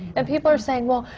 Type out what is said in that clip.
and people are saying, well,